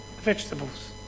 vegetables